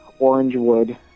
Orangewood